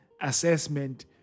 assessment